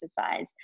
exercise